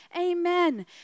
Amen